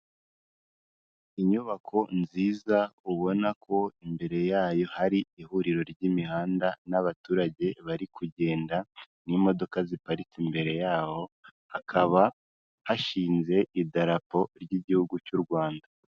Inyubako nziza ubona ko imbere yayo hari ihuriro ry'imihanda n'abaturage bari kugenda, n'imodoka ziparitse imbere yaho, hakaba hashinze idarapo ry'igihugu cy'u Rwanda.